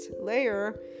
layer